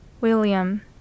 William